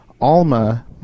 Alma